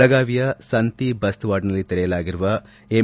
ಬೆಳಗಾವಿಯ ಸಂತಿ ಬಸ್ತವಾಡ್ನಲ್ಲಿ ತೆರೆಯಲಾಗಿರುವ ಎಂ